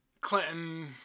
Clinton